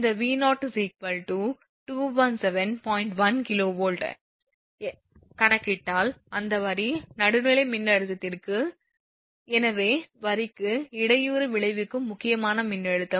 1 kV ஐக் கணக்கிட்டால் அந்த வரி நடுநிலை மின்னழுத்தத்திற்கு எனவே வரிக்கு இடையூறு விளைவிக்கும் முக்கியமான மின்னழுத்தம் √3 × 127